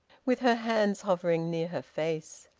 with her hands hovering near her face.